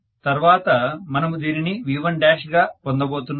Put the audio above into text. తర్వాత మనము దీనిని V1 గా పొందబోతున్నాము